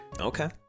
Okay